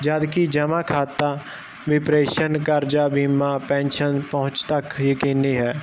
ਜਦ ਕੀ ਜਮ੍ਹਾ ਖਾਤਾ ਵੀ ਪਰੇਸ਼ਨ ਕਰਜਾ ਬੀਮਾ ਪੈਨਸ਼ਨ ਪਹੁੰਚ ਤੱਕ ਯਕੀਨੀ ਹੈ